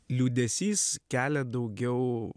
liūdesys kelia daugiau